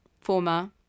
former